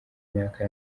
myaka